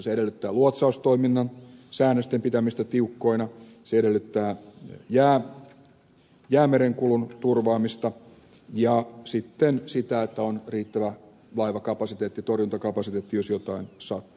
se edellyttää luotsaustoiminnan säännösten pitämistä tiukkoina se edellyttää jäämerenkulun turvaamista ja sitten sitä että on riittävä laivakapasiteetti torjuntakapasiteetti jos jotain sattuu